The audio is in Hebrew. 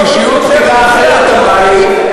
אישיות בכירה אחרת אמרה לי,